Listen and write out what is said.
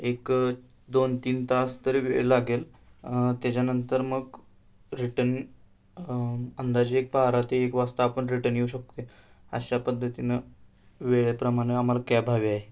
एक दोन तीन तास तरी वे लागेल त्याच्यानंतर मग रिटन अंदाजे एक बारा ते एक वाजता आपण रिटर्न येऊ शकतो आहे अशा पद्धतीनं वेळेप्रमाणं आम्हाला कॅब हवे आहे